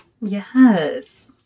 Yes